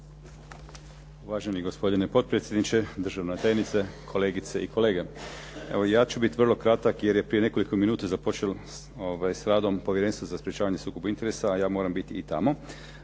Uvaženi gospodine potpredsjedniče, državna tajnice, kolegice i kolege. Evo ja ću biti vrlo kratak jer je prije nekoliko minuta započelo s radom Povjerenstvo za sprječavanje sukoba interesa, a ja moram biti i tamo